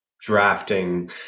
drafting